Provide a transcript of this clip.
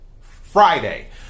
Friday